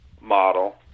model